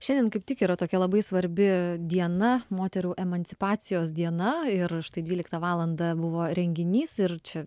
šiandien kaip tik yra tokia labai svarbi diena moterų emancipacijos diena ir štai dvyliktą valandą buvo renginys ir čia